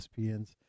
ESPN's